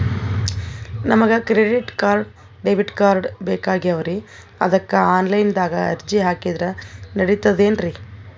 ನಮಗ credit card, debit card ಬೇಕಾಗ್ಯಾವ್ರೀ ಅದಕ್ಕ ಆನಲೈನದಾಗ ಅರ್ಜಿ ಹಾಕಿದ್ರ ನಡಿತದೇನ್ರಿ?